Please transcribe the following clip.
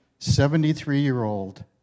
73-year-old